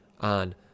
on